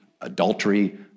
adultery